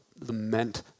lament